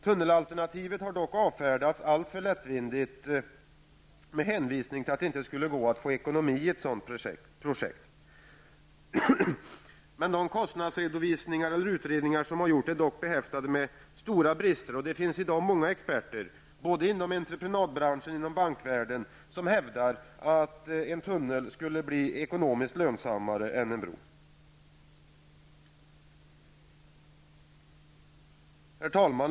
Tunnelalternativet har dock avfärdats alltför lättvindigt med hänvisning till att det inte skulle gå att få ekonomi på ett sådant projekt. Kostnadsutredningarna är dock behäftade med stora brister och det finns många experter både inom entreprenadbranschen och bankvärlden som hävdar att en tunnel är lönsammare än en bro. Herr talman!